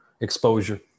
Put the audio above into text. exposure